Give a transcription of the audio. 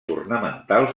ornamentals